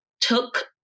took